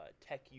tech